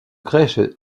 crèches